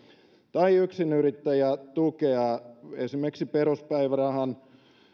tai yksinyrittäjätukea esimerkiksi peruspäivärahan